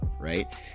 right